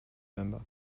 member